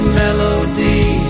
melody